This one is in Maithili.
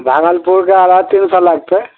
भागलपुरके अढ़ाइ तीन सए लगतै